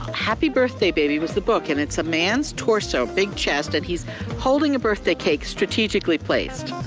happy birthday baby was the book, and it's a man's torso, big chest, and he's holding a birthday cake strategically placed,